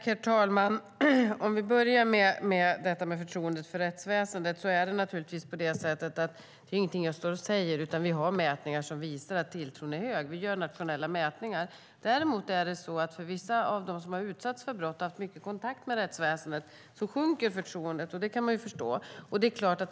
Herr talman! Låt oss börja med frågan om förtroendet för rättsväsendet. Det här är inget jag står och säger här, utan det finns mätningar som visar att tilltron är hög. Det görs nationella mätningar. Däremot sjunker förtroendet hos vissa av dem som har utsatts för brott och har haft mycket kontakt med rättsväsendet. Det kan man förstå.